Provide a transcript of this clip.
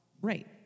Right